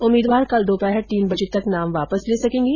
उम्मीदवार कल दोपहर तीन बजे तक नाम वापिस ले सकेंगे